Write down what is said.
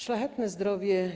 Szlachetne zdrowie,